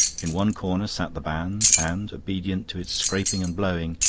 in one corner sat the band, and, obedient to its scraping and blowing,